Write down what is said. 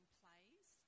plays